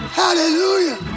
hallelujah